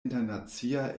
internacia